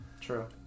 True